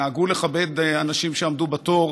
נהגו לכבד אנשים שעמדו בתור,